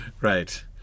right